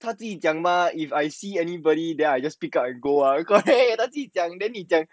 他自己讲 mah if I see anybody I just pick up and go then 你讲